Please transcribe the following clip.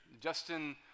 Justin